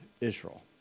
Israel